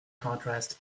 contrast